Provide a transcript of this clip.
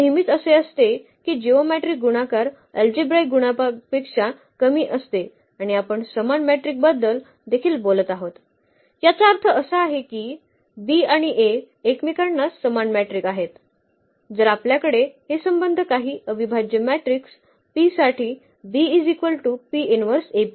आणि नेहमीच असे असते की जिओमेट्रीक गुणाकार अल्जेब्राईक गुणापेक्षा कमी असते आणि आपण समान मॅट्रिकबद्दल देखील बोललो आहोत याचा अर्थ असा आहे की B आणि A एकमेकांना समान मॅट्रिक आहेत जर आपल्याकडे हे संबंध काही अविभाज्य मॅट्रिक्स P साठी आहे